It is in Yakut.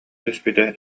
түспүтэ